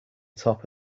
top